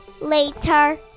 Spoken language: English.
later